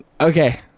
okay